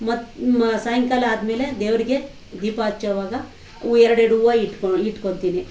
ಮತ್ತೆ ಸಾಯಂಕಾಲ ಆದಮೇಲೆ ದೇವರಿಗೆ ದೀಪ ಹಚ್ಚುವಾಗ ಹೂ ಎರ್ಡು ಎರ್ಡು ಹೂವು ಇಟ್ಕೊ ಇಟ್ಕೊಳ್ತೀನಿ